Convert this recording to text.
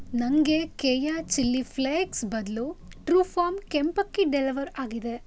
ನನಗೆ ಕೇಯ chilli flakes ಬದಲು ಟ್ರೂಫಾರ್ಮ್ ಕೆಂಪಕ್ಕಿ ಡೆಲವರ್ ಆಗಿದೆ